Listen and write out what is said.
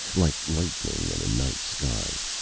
like lightning in a night sky.